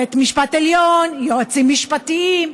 בית משפט עליון, יועצים משפטיים.